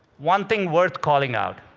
one thing worth calling out,